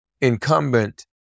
incumbent